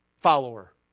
follower